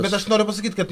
bet aš noriu pasakyt kad